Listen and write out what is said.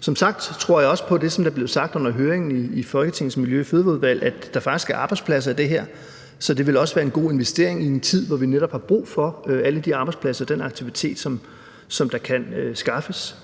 Som sagt tror jeg også på det, som blev sagt under høringen i Folketingets Miljø- og Fødevareudvalg, nemlig at der faktisk er arbejdspladser i det her, så det vil også være en god investering i en tid, hvor vi netop har brug for alle de arbejdspladser og den aktivitet, som der kan skaffes.